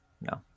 No